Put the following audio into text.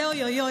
זה אוי אוי אוי.